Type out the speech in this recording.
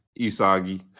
Isagi